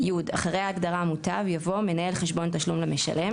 אחרי ההגדרה "מוטב" יבוא: ""מנהל חשבון תשלום למשלם"